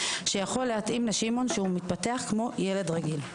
שיכול להתאים לש' המתפתח כמו ילד רגיל.